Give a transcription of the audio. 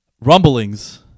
Rumblings